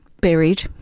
buried